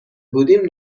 بودیم